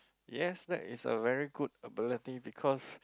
yes that is a very good ability because